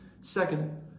Second